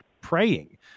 praying